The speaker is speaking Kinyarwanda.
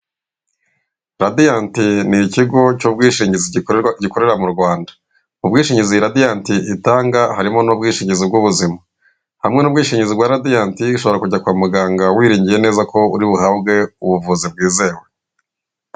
Radiyanti ni ikigo cy'ubwishingizi gikorera mu Rwanda. Mu bwishingizi radiyanti itanga harimo n'ubwishingizi bw'ubuzima. Hamwe n'ubwishingizi bwa radiyanti, ushobora kujya kwa muganga wiringiye neza ko uri buhabwe ubuvuzi bwizewe.